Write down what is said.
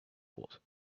thought